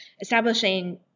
establishing